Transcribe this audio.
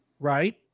right